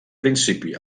principi